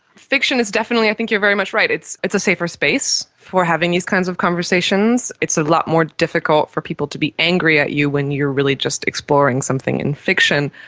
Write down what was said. fiction is definitely, i think you are very much right, it's it's a safer space for having these kinds of conversations it's lot more difficult for people to be angry at you when you are really just exploring something in fiction.